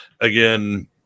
again